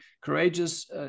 Courageous